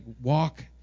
walk